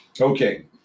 Okay